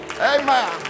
Amen